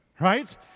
right